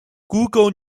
google